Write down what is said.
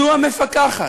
זו המפקחת,